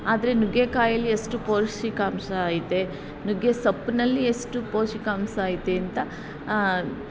ಆದರೆ ನುಗ್ಗೆಕಾಯಲ್ಲಿ ಎಷ್ಟು ಪೌಷ್ಠಿಕಾಂಶ ಐತೆ ನುಗ್ಗೆ ಸೊಪ್ಪಿನಲ್ಲಿ ಎಷ್ಟು ಪೌಷ್ಠಿಕಾಂಶ ಐತೆ ಅಂತ